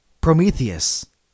Prometheus